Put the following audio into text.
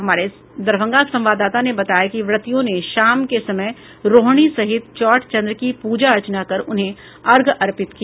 हमारे दरभंगा संवाददाता ने बताया कि व्रतियों ने शाम के समय रोहिणी सहित चौठ चंद्र की पूजा अर्चना कर उन्हें अर्घ्य अर्पित किया